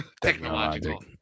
Technological